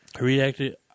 reacted